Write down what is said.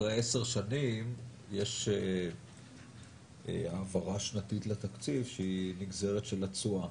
אחרי עשר שנים יש העברה שנתית לתקציב שהיא נגזרת של התשואה.